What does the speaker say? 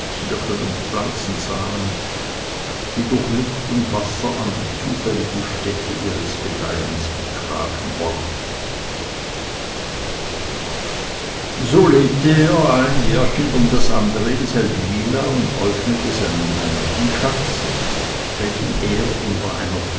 tierchen und pflanzensamen die durch luft und wasser an die zufällige stätte ihres gedeihens getragen worden so lebte er ein jährchen um das andere in seldwyla und äufnete seinen heimlichen schatz welchen er unter einer